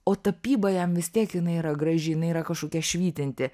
o tapyba jam vis tiek jinai yra graži jinai yra kažkokia švytinti